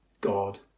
God